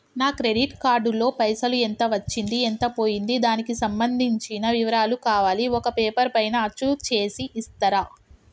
నా credit card లో పైసలు ఎంత వచ్చింది ఎంత పోయింది దానికి సంబంధించిన వివరాలు కావాలి ఒక పేపర్ పైన అచ్చు చేసి ఇస్తరా?